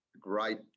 great